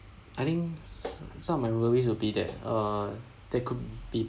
I think s~ some of my worries will be that uh there could be